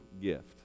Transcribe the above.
gift